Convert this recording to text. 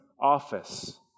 office